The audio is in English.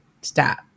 stop